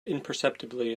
imperceptibly